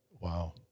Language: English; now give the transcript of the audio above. Wow